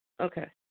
Okay